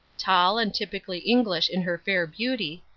tall and typically english in her fair beauty,